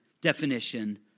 definition